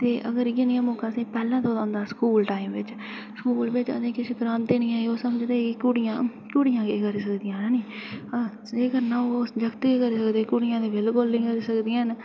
ते अगर इ'यै नेहा मौका असेंगी पैह्लें थ्होऐ दा होंदा हा स्कूल टाइम बिच स्कूल बिच असेंगी किश करांदे निं हे ओह् समझदे हे की कुड़ियां कुड़ियां केह् करी सकदियां ऐ नी जे किश न ओह् जागत गै करी सकदे कुड़ियां ते बिल्कुल निं करी सकदियां है'न